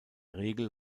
regel